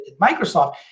Microsoft